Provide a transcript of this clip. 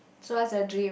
so what's your dream